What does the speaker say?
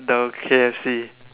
the K_F_C